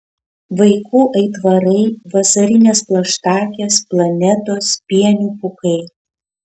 vaikų aitvarai vasarinės plaštakės planetos pienių pūkai